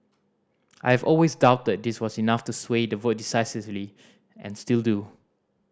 I've always doubted this was enough to sway the vote decisively and still do